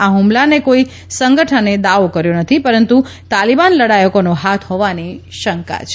આ હુમલાને કોઇ સંગઠને દાવો કર્યો નથી પરંતુ તાલીબાન લડાયકોનો હાથ હોવાની શંકા છે